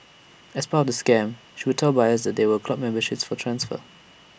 as part of the scam she would tell buyers that there were club memberships for transfer